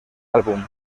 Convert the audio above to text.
álbum